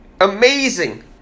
amazing